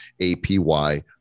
APY